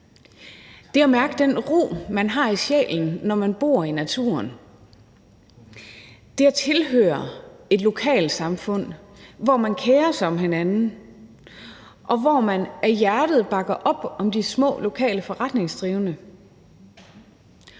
det at mærke den ro, man har i sjælen, når man bor i naturen; det at tilhøre et lokalsamfund, hvor man kerer sig om hinanden, og hvor man af hjertet bakker op om de små lokale forretningsdrivende;